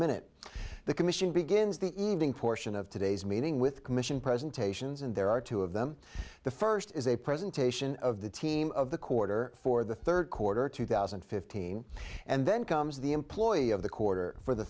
minute the commission begins the evening portion of today's meeting with commission presentations and there are two of them the first is a presentation of the team of the quarter for the third quarter two thousand and fifteen and then comes the employee of the quarter for the